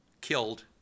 killed